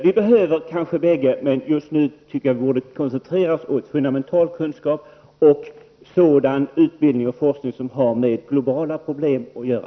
Vi behöver kanske båda delar, men just nu borde vi koncentrera oss på fundamental kunskap och sådan utbildning och forskning som har med globala problem att göra.